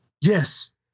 Yes